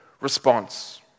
response